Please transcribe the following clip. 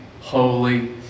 holy